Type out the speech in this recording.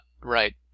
right